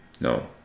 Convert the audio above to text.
No